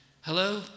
Hello